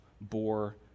bore